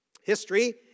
history